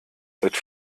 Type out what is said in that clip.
seit